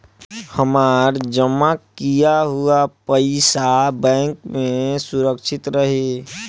हमार जमा किया हुआ पईसा बैंक में सुरक्षित रहीं?